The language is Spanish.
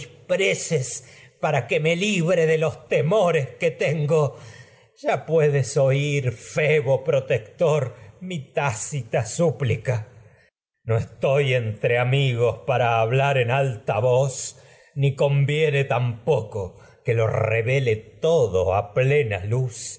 preces para que me libre de que temores tácita tengo ya puedes oír febo protector en mi súplica no estoy entre amigos para hablar que altavoz ni conviene tampoco luz estando en lo revele todo qué con su a plena y